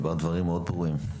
דיברת דברים מאוד ברורים.